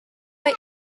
mae